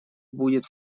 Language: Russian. будет